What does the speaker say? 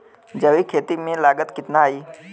जैविक खेती में लागत कितना आई?